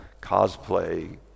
cosplay